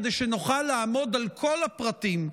כדי שנוכל לעמוד על כל הפרטים,